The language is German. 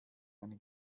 eine